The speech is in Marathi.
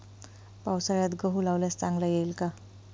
पावसाळ्यात गहू लावल्यास चांगला येईल का?